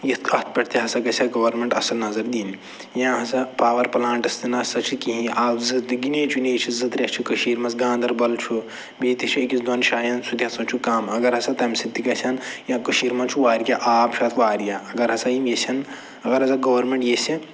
یِتھ اَتھ پٮ۪ٹھ تہِ ہسا گژھِ ہے گورمٮ۪نٛٹ اَصٕل نظر دِنۍ یا ہسا پاوَر پٕلانٹٕس تہِ نہ سا چھِ کِہیٖنۍ آکھ زٕ تہٕ گِنے چُنے چھِ زٕ ترٛےٚ چھِ کٔشیٖرِ منٛز گاندربَل چھُ بیٚیہِ تہِ چھِ أکِس دۄن جایَن سُہ تہِ ہسا چھُ اگر ہسا تَمہِ سۭتۍ تہِ گژھن یا کٔشیٖرِ منٛز چھُ واریاہ آب چھِ اَتھ واریاہ اگر ہسا یِم ییٚژھن اگر ہسا گورمٮ۪نٛٹ ییٚژھِ